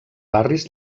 barris